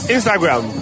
Instagram